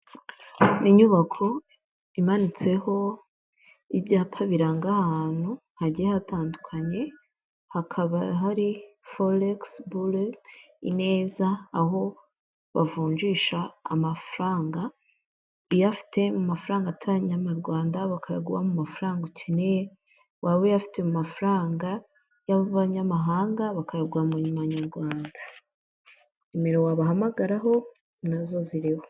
Inyubako imanitseho ibyapa biranga ahantu hagiye hatandukanye hakaba hari forex buro ineza aho bavunjisha amafaranga uyafite mu mafaranga atari amanyawanda bakayaguha mu mafaranga ukeneye waba uyafite mu mafaranga y'abanyamahanga bakayaguha mu manyarwanda nimero wabahamagaraho nazo ziriho.